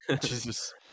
Jesus